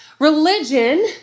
Religion